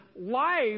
life